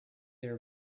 their